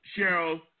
Cheryl